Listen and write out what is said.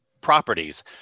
properties